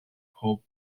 pob